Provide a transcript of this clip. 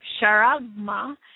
charagma